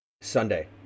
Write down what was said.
Sunday